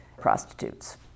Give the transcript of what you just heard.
prostitutes